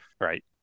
Right